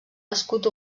escut